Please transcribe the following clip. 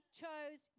chose